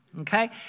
okay